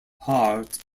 hart